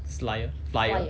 slayer flyer